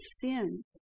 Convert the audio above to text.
sin